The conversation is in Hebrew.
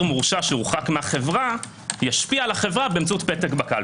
מורשע שהורחק מהחברה ישפיע על החברה באמצעות פתק בקלפי.